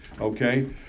okay